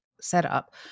setup